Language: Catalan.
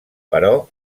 però